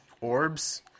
orbs